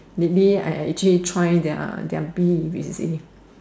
lastly I actually try their beef you see